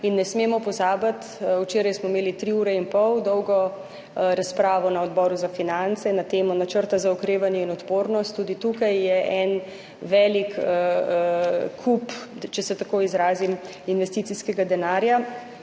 in ne smemo pozabiti, včeraj smo imeli 3 ure in pol dolgo razpravo na Odboru za finance na temo načrta za okrevanje in odpornost. Tudi tukaj je en velik kup, če se tako izrazim, investicijskega denarja,